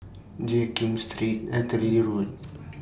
Jiak Kim Street Artillery Road